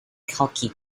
kalki